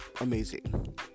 amazing